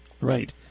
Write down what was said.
Right